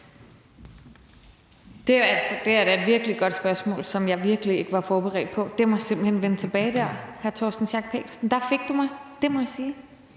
Det er da et virkelig godt spørgsmål, som jeg virkelig ikke var forberedt på. Det må jeg simpelt hen vende tilbage med, hr. Torsten Schack Pedersen. Der fik du mig, det må jeg sige.